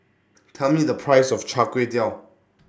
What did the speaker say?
Tell Me The Price of Chai Kway Tow